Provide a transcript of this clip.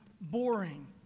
boring